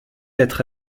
être